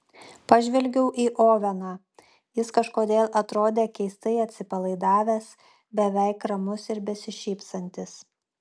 pažvelgiau į oveną jis kažkodėl atrodė keistai atsipalaidavęs beveik ramus ir besišypsantis